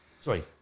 sorry